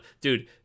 Dude